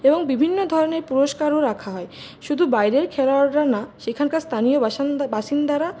এবং বিভিন্ন ধরনের পুরস্কারও রাখা হয় শুধু বাইরের খেলোয়াড়রা না সেখানকার স্থানীয় বাসিন্দারা